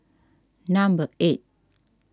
number eight